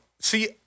See